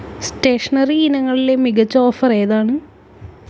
stationery ഇനങ്ങളിലെ മികച്ച offer ഏതാണ്